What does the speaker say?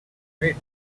wait